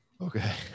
Okay